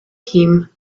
him